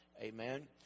Amen